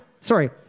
Sorry